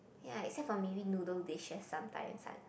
ya except from maybe noodle dishes sometimes I